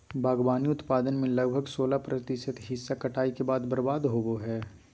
बागवानी उत्पादन में लगभग सोलाह प्रतिशत हिस्सा कटाई के बाद बर्बाद होबो हइ